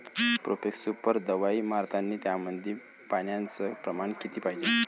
Profex super दवाई मारतानी त्यामंदी पान्याचं प्रमाण किती पायजे?